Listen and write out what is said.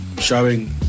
showing